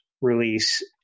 release